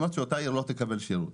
אותה עיר לא תקבל שירות.